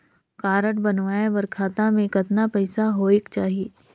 Card बनवाय बर खाता मे कतना पईसा होएक चाही?